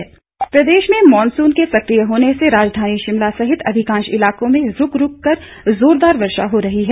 मौसम प्रदेश में मॉनसून के सकिय होने से राजधानी शिमला सहित अधिकांश इलाकों में रूक रूक कर जोरदार वर्षा हो रही है